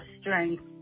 strength